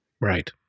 right